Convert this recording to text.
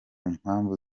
mpamvu